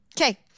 Okay